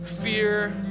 fear